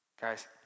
Guys